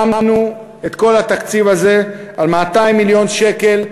שמנו את כל התקציב הזה על 200 מיליון שקל,